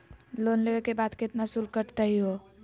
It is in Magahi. लोन लेवे के बाद केतना शुल्क कटतही हो?